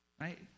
right